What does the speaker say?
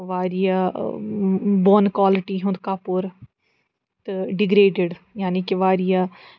واریاہ بۄن کالٹی ہُنٛد کَپُر تہٕ ڈِگریڈِڈ یعنی کہِ واریاہ